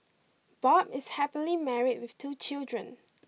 Bob is happily married with two children